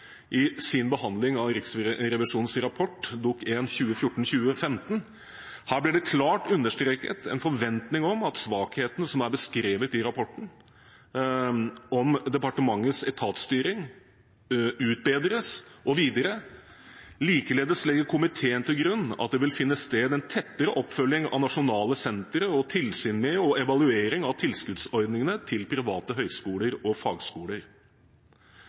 i sin behandling av Riksrevisjonens rapport, Dokument 1 for 2014–2015. Her ble det klart understreket en «forventning om at svakhetene som er beskrevet i rapporten om departementets etatsstyring, utbedres». Videre: «Likeledes legger komiteen til grunn at det vil finne sted en tettere oppfølging av nasjonale sentre, og tilsyn med og evaluering av tilskuddsordningene til private høyskoler og fagskoler.»